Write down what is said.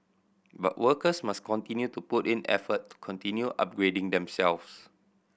but workers must continue to put in effort to continue upgrading themselves